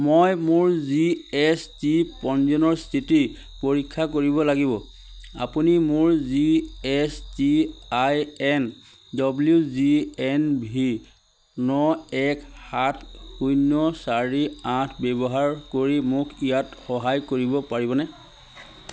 মই মোৰ G S T পঞ্জীয়নৰ স্থিতি পৰীক্ষা কৰিব লাগিব আপুনি মোৰ G S T I N W G N V ন এক সাত শূন্য চাৰি আঠ ব্যৱহাৰ কৰি মোক ইয়াত সহায় কৰিব পাৰিবনে